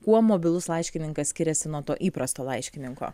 kuo mobilus laiškininkas skiriasi nuo to įprasto laiškininko